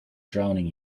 drowning